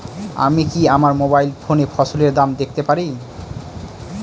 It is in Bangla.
আমি কি আমার মোবাইল ফোনে ফসলের দাম দেখতে পারি?